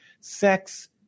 Sex